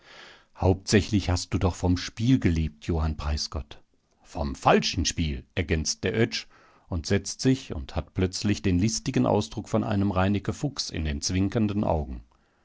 hauptsächlich hast du doch vom spiel gelebt johann preisgott vom falschen spiel ergänzt der oetsch und setzt sich und hat plötzlich den listigen ausdruck von einem reineke fuchs in den zwinkernden augen